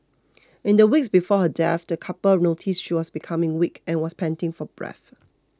in the weeks before her death the couple noticed she was becoming weak and was panting for breath